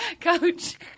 Coach